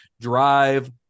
Drive